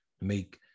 make